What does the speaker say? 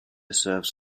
serves